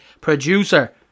producer